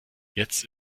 jetzt